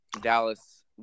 Dallas